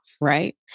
Right